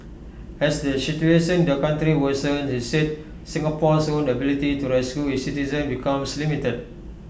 as the situation in the country worsens he said Singapore's own ability to rescue its citizens becomes limited